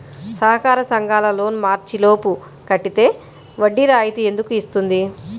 సహకార సంఘాల లోన్ మార్చి లోపు కట్టితే వడ్డీ రాయితీ ఎందుకు ఇస్తుంది?